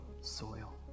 soil